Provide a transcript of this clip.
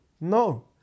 No